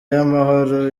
y’amahoro